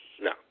no